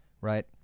Right